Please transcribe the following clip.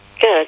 Good